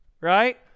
right